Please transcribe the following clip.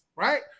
right